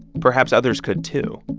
perhaps others could, too.